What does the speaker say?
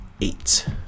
eight